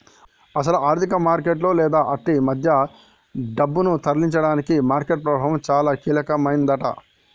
అసలు ఆర్థిక మార్కెట్లలో లేదా ఆటి మధ్య డబ్బును తరలించడానికి మార్కెట్ ప్రభావం చాలా కీలకమైందట